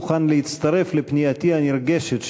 מוכן להצטרף לפנייתי הנרגשת,